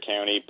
County